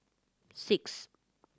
six